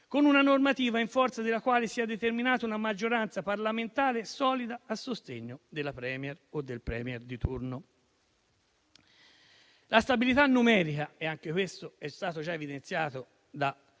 con una normativa in forza della quale sia determinata una maggioranza parlamentare solida a sostegno della *Premier* o del *Premier* di turno. La stabilità numerica - e anche questo è stato già evidenziato da